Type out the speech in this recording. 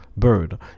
Bird